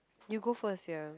you go first here